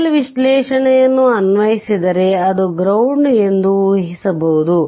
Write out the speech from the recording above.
nodal ವಿಶ್ಲೇಷಣೆಯನ್ನು ಅನ್ವಯಿಸಿದರೆ ಅದು ಗ್ರೌಂಡ್ ಎಂದು ಉಹಿಸಬಹುದು